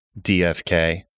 DFK